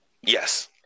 Yes